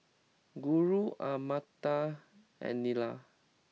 Guru Amartya and Neila